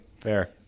Fair